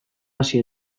hasi